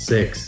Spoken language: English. Six